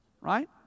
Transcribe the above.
right